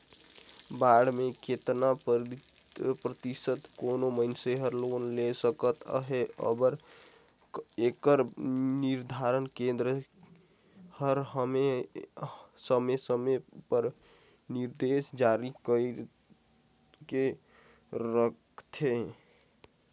bond में केतना परतिसत कोनो मइनसे हर लोन ले सकत अहे एकर निरधारन केन्द्रीय बेंक हर समे समे उपर निरदेस जारी कइर के रखथे